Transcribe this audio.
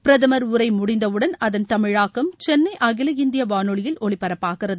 பிரதம் உரை முடிந்தவுடன் அதன் தமிழாக்கம் சென்னை அகில இந்திய வானொலியில் ஒலிபரப்பாகிறது